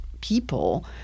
people